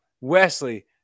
Wesley